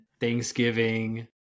Thanksgiving